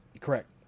Correct